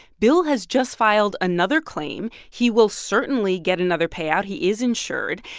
bill has just filed another claim. he will certainly get another payout. he is insured.